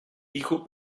hijo